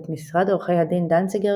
את משרד עורכי הדין דנציגר,